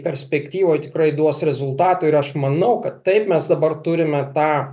perspektyvoj tikrai duos rezultatų ir aš manau kad taip mes dabar turime tą